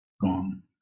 Gone